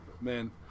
Man